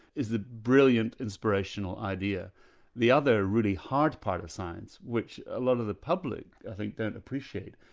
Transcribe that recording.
is the brilliant inspirational idea the other really hard part of science, which a lot of the public i think don't appreciate,